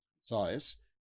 size